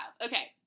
Okay